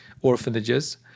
orphanages